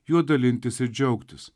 juo dalintis ir džiaugtis